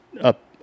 up